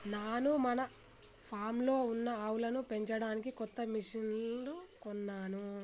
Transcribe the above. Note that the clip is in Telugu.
నాను మన ఫామ్లో ఉన్న ఆవులను పెంచడానికి కొత్త మిషిన్లు కొన్నాను